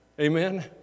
Amen